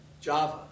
Java